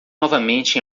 novamente